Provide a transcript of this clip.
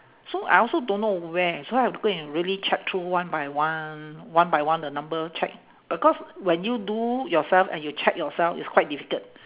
so I also don't know where so I have to go and really check through one by one one by one the number check because when you do yourself and you check yourself it's quite difficult